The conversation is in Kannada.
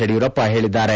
ಯಡಿಯೂರಪ್ಪ ಹೇಳಿದ್ದಾರೆ